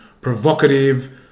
provocative